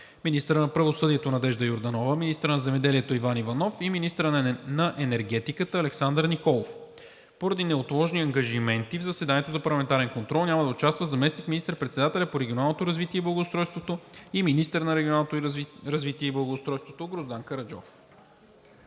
министърът на правосъдието Надежда Йорданова; - министърът на земеделието Иван Иванов; - министърът на енергетиката Александър Николов. Поради неотложни ангажименти в заседанието за парламентарен контрол няма да участва заместник министър-председателят по регионалното развитие и благоустройството и министър на регионалното развитие и благоустройството Гроздан Караджов.